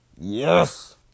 yes